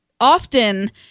often